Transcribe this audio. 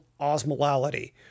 osmolality